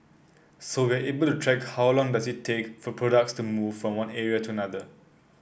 so we're able to track how long does it take for products to move from one area to another